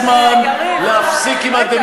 ואין אותה חשיבות לסדר